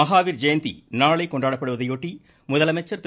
மஹாவீர் ஜெயந்தி நாளை கொண்டாடப்படுவதையொட்டி முதலமைச்சர் திரு